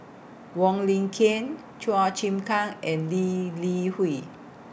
Wong Lin Ken Chua Chim Kang and Lee Li Hui